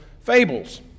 fables